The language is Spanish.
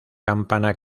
campana